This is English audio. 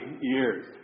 years